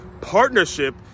partnership